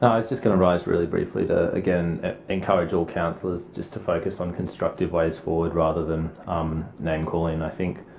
i was just going to rise really briefly to again encourage all councillors just to focus on constructive ways forward rather than um name calling, i think.